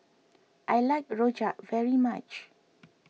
I like Rojak very much